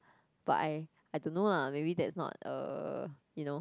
but I I don't know lah maybe that's not uh you know